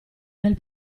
nel